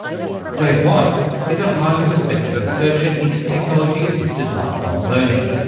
dave white is a highly respected researcher into technology assisted lifelong learning.